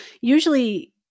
usually